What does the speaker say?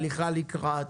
הליכה לקראת